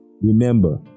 Remember